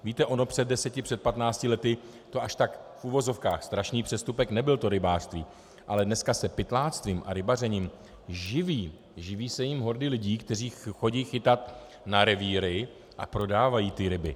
Víte, ono před deseti, před patnácti lety to až tak v uvozovkách strašný přestupek nebyl, to rybářství, ale dneska se pytláctvím a rybařením živí, živí se jím hordy lidí, které chodí chytat na revíry a prodávají ty ryby.